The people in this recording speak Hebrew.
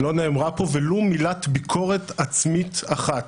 לא נאמרה פה ולו מילת ביקורת עצמית אחת.